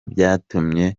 byatumye